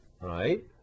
right